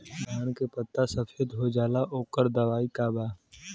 धान के पत्ता सफेद हो जाला ओकर दवाई का बा?